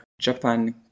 Japan